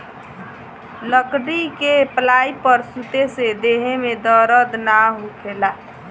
लकड़ी के पलाई पर सुते से देह में दर्द ना होखेला